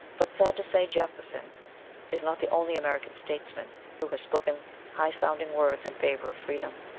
but, sad to say, jefferson is not the only american statesman who has spoken high-sounding words in favour of freedom,